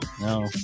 No